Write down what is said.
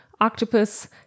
Octopus